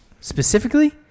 specifically